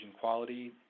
quality